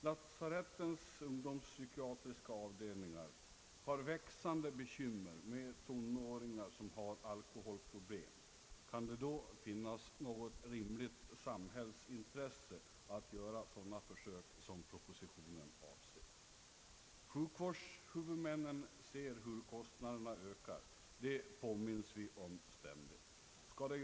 Lasarettens ungdomspsykiatriska avdelningar har växande bekymmer med tonåringar som fått alkoholproblem. Kan det då finnas något rimligt samhällsintresse att göra sådana försök som propositionen avser? Sjukvårdshuvudmännen ser hur kostnaderna ökar; det påminns vi om ständigt.